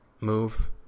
move